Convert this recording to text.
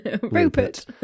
Rupert